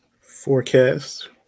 forecast